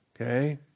okay